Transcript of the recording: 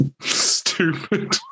stupid